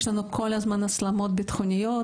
יש לנו כל הזמן הסלמות ביטחוניות,